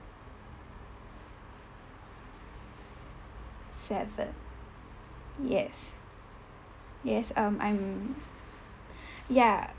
seven yes yes um I'm ya